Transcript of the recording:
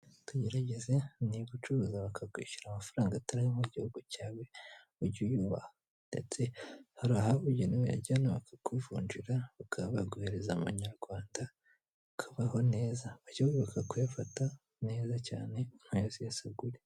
Tugerageze ni ugucuruza bakakwishyura amafaranga atari mu gihuguhugu cyawe ujye uyuyubaha ndetse hari ahabugenewe ajyana bakakuvunjira bakabaguhereza abanyarwanda bakabaho nezatyo baka kuyafata neza cyane ku nkaziyasagure.